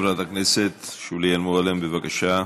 חברת הכנסת שולי מועלם, בבקשה.